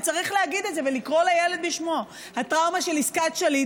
וצריך להגיד את זה ולקרוא לילד בשמו: הטראומה של עסקת שליט,